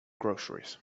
groceries